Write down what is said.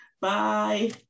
Bye